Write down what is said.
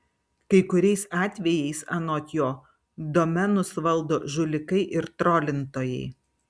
kai kuriais atvejais anot jo domenus valdo žulikai ir trolintojai